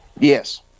Yes